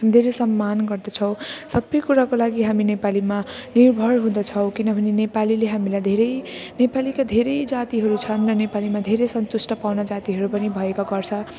धेरै सम्मान गर्दछौँ सबै कुराको लागि हामी नेपालीमा निर्भर हुँदछौँ किनभने नेपालीले हामीलाई धेरै नेपालीका धेरै जातिहरू छन् र नेपालीमा धेरै सन्तुष्ट पाउन जातिहरू पनि भएको गर्छ